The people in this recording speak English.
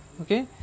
okay